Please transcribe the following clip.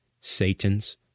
Satan's